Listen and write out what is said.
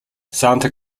santa